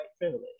privilege